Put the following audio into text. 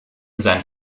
seinen